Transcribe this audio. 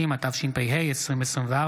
160), התשפ"ה 2024,